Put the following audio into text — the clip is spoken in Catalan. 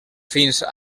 fins